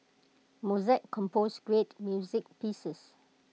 Mozart composed great music pieces